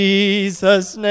Jesus